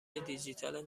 دیجیتال